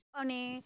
અને